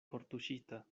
kortuŝita